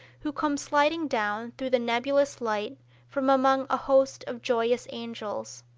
who comes sliding down through the nebulous light from among a host of joyous angels.